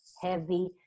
heavy